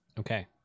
Okay